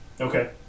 Okay